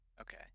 Okay